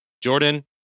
Jordan